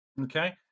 Okay